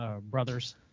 brothers